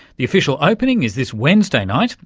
the official opening is this wednesday night,